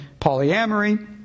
polyamory